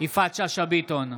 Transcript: יפעת שאשא ביטון,